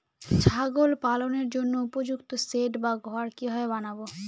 ছাগল পালনের জন্য উপযুক্ত সেড বা ঘর কিভাবে বানাবো?